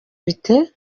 bite